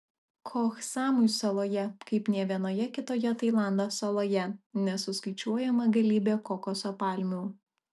koh samui saloje kaip nė vienoje kitoje tailando saloje nesuskaičiuojama galybė kokoso palmių